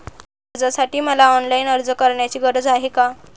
कर्जासाठी मला ऑनलाईन अर्ज करण्याची गरज आहे का?